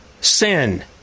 sin